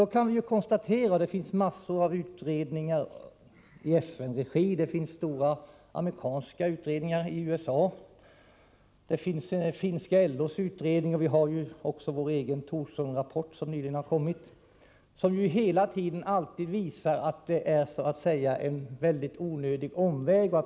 Vi kan konstatera att det finns massor av utredningar i FN-regi, stora utredningar i USA, finska LO:s utredning och vår egen Thorsson-rapport, som nyligen har kommit, som alla visar att pengarna går en onödig omväg.